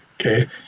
okay